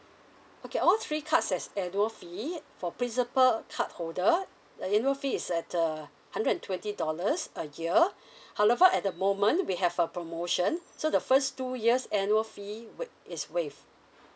okay all three cards has annual fee for principal card holder the annual fee is at a hundred and twenty dollars a year however at the moment we have a promotion so the first two years annual fee wai~ is waived